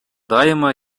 дайыма